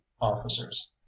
officers